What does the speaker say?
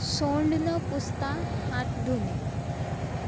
सोंड न पुसता हात धुणे